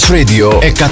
Radio